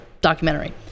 documentary